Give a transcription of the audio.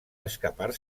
escapar